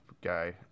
guy